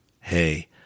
Hey